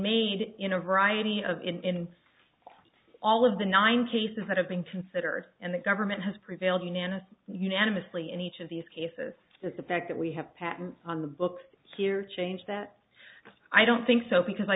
made in a variety of in all of the nine cases that have been considered and the government has prevailed unanimous unanimously in each of these cases is the fact that we have patents on the books here change that i don't think so because i